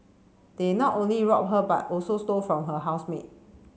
they not only robbed her but also stole from her housemate